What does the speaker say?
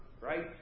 right